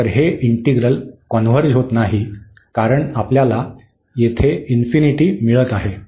तर हे integral converge होत नाही कारण आपल्याला येथे मिळत आहे